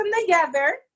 together